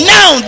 Now